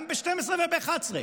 גם ב-12 וב-11,